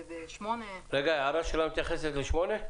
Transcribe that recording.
ההערה שלה מתייחסת ל-(8)?